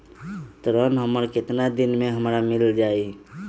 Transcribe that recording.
ऋण हमर केतना दिन मे हमरा मील जाई?